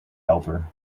helper